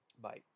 Bye